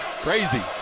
Crazy